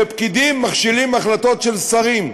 שבה פקידים מכשילים החלטות של שרים.